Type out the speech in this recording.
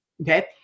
Okay